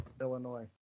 Illinois